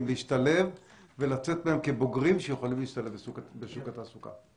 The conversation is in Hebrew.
להשתלב ולצאת ממנה כבוגרים שיכולים להשתלב בשוק התעסוקה.